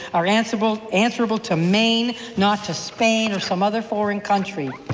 are answerable answerable to maine, not to spain or some other foreign country.